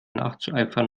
nachzueifern